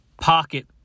pocket